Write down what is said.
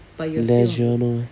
leisure no meh